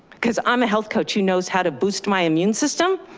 cause i'm a health coach who knows how to boost my immune system.